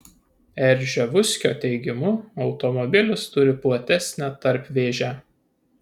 rževuskio teigimu automobilis turi platesnę tarpvėžę